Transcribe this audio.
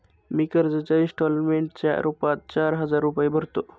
मी कर्जाच्या इंस्टॉलमेंटच्या रूपात चार हजार रुपये भरतो